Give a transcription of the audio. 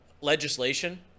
legislation